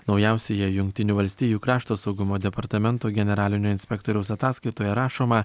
naujausioje jungtinių valstijų krašto saugumo departamento generalinio inspektoriaus ataskaitoje rašoma